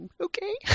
okay